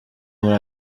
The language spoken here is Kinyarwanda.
muri